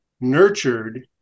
nurtured